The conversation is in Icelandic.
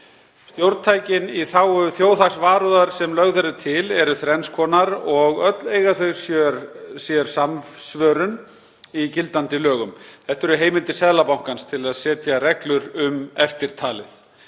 Stjórntækin í þágu þjóðhagsvarúðar sem lögð eru til eru þrenns konar og öll eiga þau sér samsvörun í gildandi lögum. Þetta eru heimildir Seðlabankans til að setja reglur um eftirtalið: